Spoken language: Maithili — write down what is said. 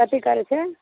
कथी करैत छै